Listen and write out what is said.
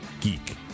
geek